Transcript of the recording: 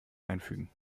einfügen